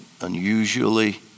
unusually